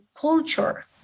culture